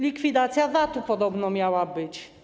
Likwidacja VAT-u podobno miała być.